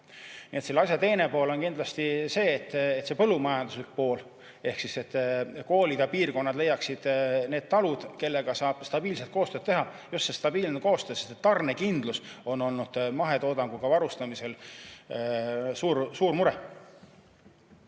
selle asja teine pool on kindlasti see põllumajanduslik pool, kuidas koolid [oma] piirkonnas leiaksid need talud, kellega saab stabiilselt koostööd teha. Just see stabiilne koostöö ja tarnekindlus on olnud mahetoodanguga varustamisel suur mure.